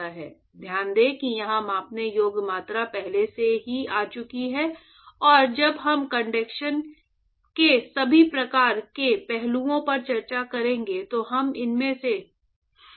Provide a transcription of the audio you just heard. ध्यान दें कि यहां मापने योग्य मात्रा पहले ही आ चुकी है और जब हम कंडक्शन के सभी प्रकार के पहलुओं पर चर्चा करेंगे तो हम इनमें से बहुत कुछ देखने जा रहे हैं